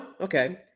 okay